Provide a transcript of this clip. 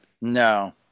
No